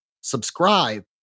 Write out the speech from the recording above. subscribe